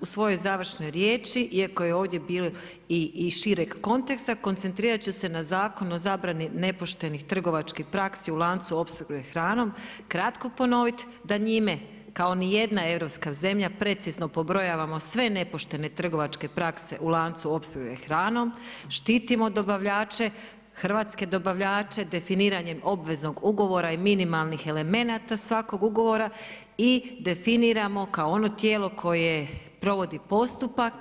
U svojoj završnoj riječi iako je ovdje bilo i šireg konteksta koncentrirat ću se na Zakon o zabrani nepoštenih trgovačkih praksi u lancu opskrbe hranom, kratko ponovit da njime kao nijedna europska zemlja precizno pobrojavamo sve nepoštene trgovačke prakse u lancu opskrbe hranom, štitimo dobavljače, hrvatske dobavljače definiranjem obveznog ugovora i minimalnih elemenata svakog ugovora i definiramo kao ono tijelo koje provodi postupak